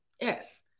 yes